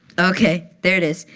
ok, there it is.